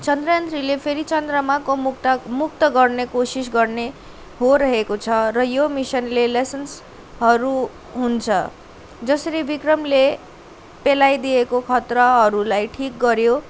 चन्द्रयान थ्रीले फेरि चन्द्रमाको मुक्तक मुक्त गर्ने कोसिस गर्ने हो रहेको छ र यो मिसनले लेसन्सहरू हुन्छ जसरी विक्रमले केलाई दिएको खतराहरूलाई ठिक गर्यो